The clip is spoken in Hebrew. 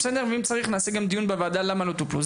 ואם צריך נעשה גם דיון בוועדה על למה הן לא טופלו.